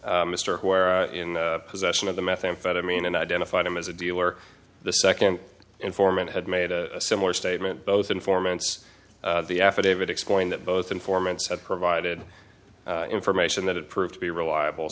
seen mr where in possession of the methamphetamine and identified him as a dealer the second informant had made a similar statement both informants the affidavit explained that both informants had provided information that it proved to be reliable